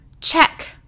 Check